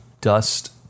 dust